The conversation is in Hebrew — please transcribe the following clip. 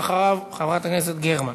ואחריו, חברת הכנסת גרמן.